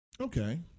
Okay